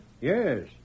Yes